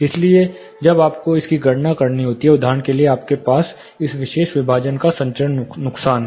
इसलिए जब आपको इसकी गणना करनी होगी उदाहरण के लिए आपके पास इस विशेष विभाजन का संचरण नुकसान है